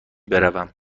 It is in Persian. بروم